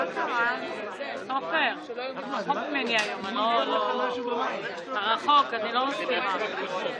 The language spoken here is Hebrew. אבל כשהרשימה המשותפת החליטה